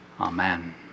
Amen